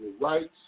rights